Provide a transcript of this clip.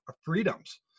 freedoms